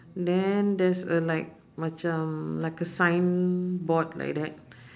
then there's a like macam like a signboard like that